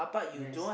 yes